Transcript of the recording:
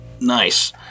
Nice